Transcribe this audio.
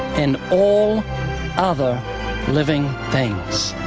and all other living things.